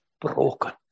broken